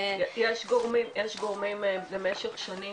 יש גורמים במשך שנים